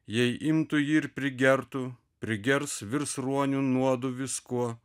jei imtų ji ir prigertų prigers virs ruonių nuodu viskuo